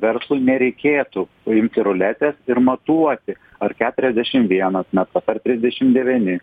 verslui nereikėtų imti ruletės ir matuoti ar keturiasdešim vienas metras per trisdešim devyni